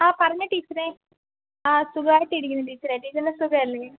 ആ പറഞ്ഞോ ടീച്ചറെ ആ സുഖമായിട്ട് ഇരിക്കുന്നു ടീച്ചറെ ടീച്ചറിന് സുഖമല്ലേ